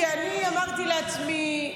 כי אני אמרתי לעצמי,